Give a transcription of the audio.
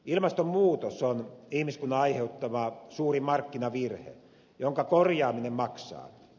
ilmastonmuutos on ihmiskunnan aiheuttama suuri markkinavirhe jonka korjaaminen maksaa